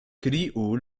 kriu